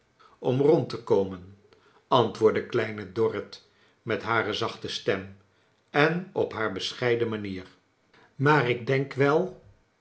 om rond te komen antwoordde kleine dorrit met hare zachte stem en op haar bescheiden manier maar ik denk wel